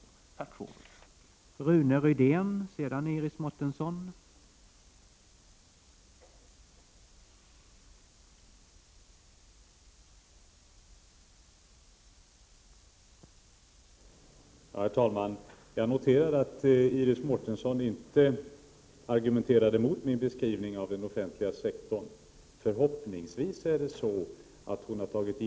Tack för ordet.